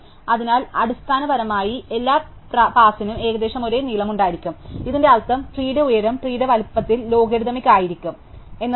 അതിനാൽ അടിസ്ഥാനപരമായി എല്ലാ പാസിനും ഏകദേശം ഒരേ നീളമുണ്ടായിരിക്കും ഇതിന്റെ അർത്ഥം ട്രീന്റെ ഉയരം ട്രീന്റെ വലുപ്പത്തിൽ ലോഗരിത്തമിക് ആയിരിക്കും എന്നതാണ്